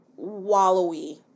wallowy